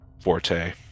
forte